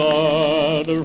Lord